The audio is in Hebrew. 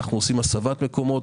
עושים הסבת מקומות.